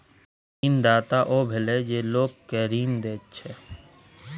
ऋणदाता ओ भेलय जे लोक केँ ऋण दैत छै